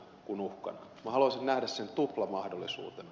minä haluaisin nähdä sen tuplamahdollisuutena